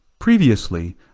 Previously